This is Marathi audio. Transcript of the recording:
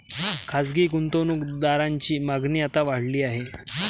खासगी गुंतवणूक दारांची मागणी आता वाढली आहे